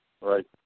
Right